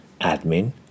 admin